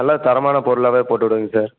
நல்லா தரமான பொருளாகவே போட்டுவிடுங்க சார்